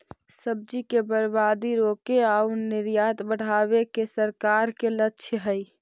सब्जि के बर्बादी रोके आउ निर्यात बढ़ावे के सरकार के लक्ष्य हइ